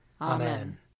Amen